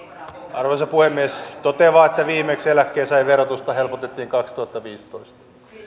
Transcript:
arvoisa puhemies totean vain että viimeksi eläkkeensaajien verotusta helpotettiin kaksituhattaviisitoista